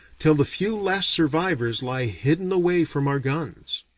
till the few last survivors lie hidden away from our guns.